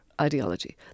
ideology